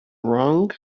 wrong